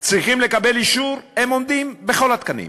צריכות לקבל אישור, הן עומדות בכל התקנים.